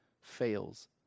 fails